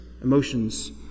emotions